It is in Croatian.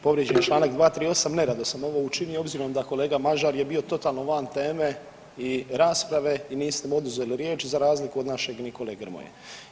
Povrijeđen je čl. 238, nerado sam ovo učinio obzirom da kolega Mažar je bio totalno van teme i rasprave i niste mu oduzeli riječ za razliku od našeg Nikole Grmoje.